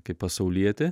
kaip pasaulietė